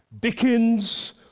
Dickens